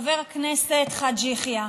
חבר הכנסת חאג' יחיא,